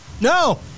No